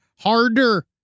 harder